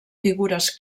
figures